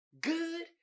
good